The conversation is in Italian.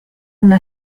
una